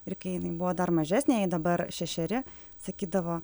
ir kai jinai buvo dar mažesnė jai dabar šešeri sakydavo